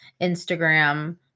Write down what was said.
Instagram